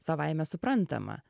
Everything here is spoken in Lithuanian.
savaime suprantama